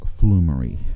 flumery